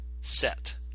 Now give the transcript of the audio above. set